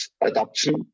adoption